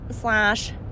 slash